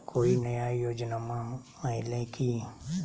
कोइ नया योजनामा आइले की?